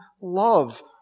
love